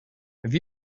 have